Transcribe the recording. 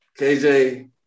kj